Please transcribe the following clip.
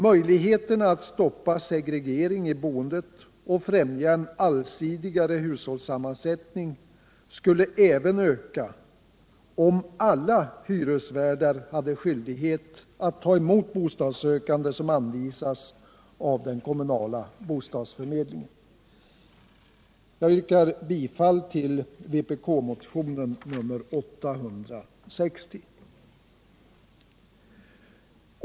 Möjligheterna att stoppa segregering i boendet och främja en allsidigare hushållssammansättning skulle även öka om alla hyresvärdar hade skyldighet att ta emot bostadssökande som anvisas av den kommunala bostadsförmedlingen.